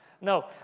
No